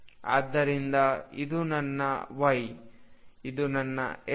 ಆದ್ದರಿಂದ ಇದು ನನ್ನ Y ಇದು X